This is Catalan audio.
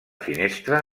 finestra